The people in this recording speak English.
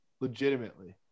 legitimately